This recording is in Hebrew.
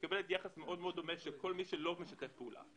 מקבלת יחס מאוד מאוד דומה למי שלא שיתף פעולה,